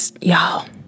y'all